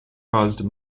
caused